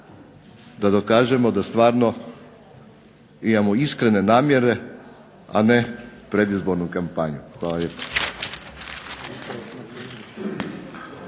da dokažemo da stvarno imamo iskrene namjere, a ne predizbornu kampanju. Hvala